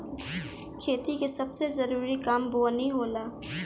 खेती के सबसे जरूरी काम बोअनी होला